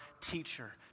teacher